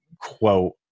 quote